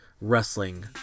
wrestling